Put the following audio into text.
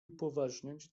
upoważniać